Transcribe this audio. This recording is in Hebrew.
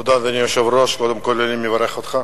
אדוני היושב-ראש, תודה, קודם כול אני מברך אותך.